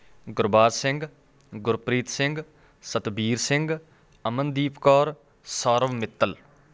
Gurbaj Singh Gurpreet Singh Satbir Singh Amandeep Kaur Sourav Mittal